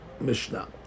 Mishnah